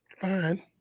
Fine